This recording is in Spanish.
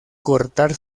cortar